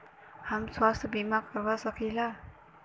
हम स्वास्थ्य बीमा करवा सकी ला?